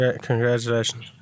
Congratulations